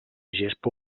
gespa